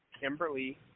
Kimberly